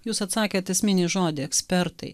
jūs atsakėt esminį žodį ekspertai